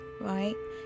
right